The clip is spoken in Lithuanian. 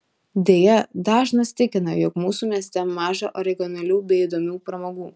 deja dažnas tikina jog mūsų mieste maža originalių bei įdomių pramogų